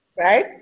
right